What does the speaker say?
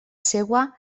seua